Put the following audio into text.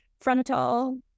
frontal